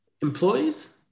employees